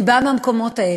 אני באה מהמקומות האלה.